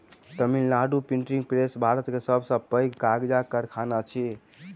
Tamil Nadu printing press Bharat के सब से पैघ कागजक कारखाना अछि